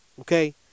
Okay